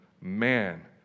man